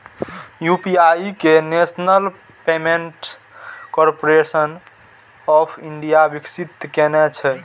UPI कें national payments corporation of India विकसित केने छै